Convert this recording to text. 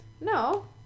No